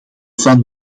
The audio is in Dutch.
van